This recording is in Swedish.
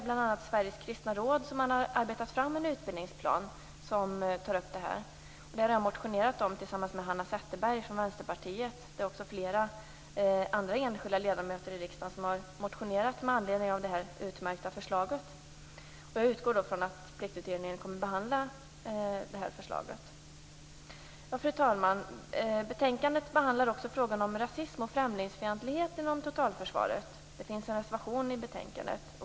Bl.a. Sveriges kristna råd har arbetat fram en utbildningsplan där man tar upp det här. Jag har motionerat om det här tillsammans med Hanna Zetterberg från Vänsterpartiet. Även andra enskilda ledamöter i riksdagen har motionerat med anledning av det här utmärkta förslaget. Jag utgår från att Pliktutredningen kommer att behandla förslaget. Fru talman! Betänkandet behandlar också frågan om rasism och främlingsfientlighet inom totalförsvaret. Det finns en reservation i betänkandet.